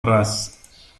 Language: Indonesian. keras